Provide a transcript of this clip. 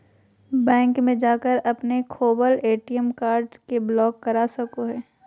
bank में जाकर अपने खोवल ए.टी.एम कार्ड के ब्लॉक करा सको हइ